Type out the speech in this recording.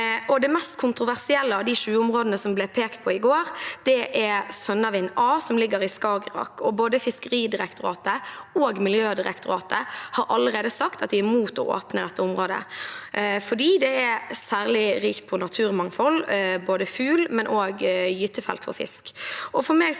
Det mest kontroversielle av de 20 områdene som ble pekt på i går, er Sønnavind A, som ligger i Skagerrak. Både Fiskeridirektoratet og Miljødirektoratet har allerede sagt at de er imot å åpne dette området fordi det er særlig rikt på naturmangfold, som fugl, og det er også